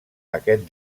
aquest